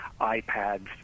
iPads